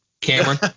Cameron